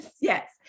yes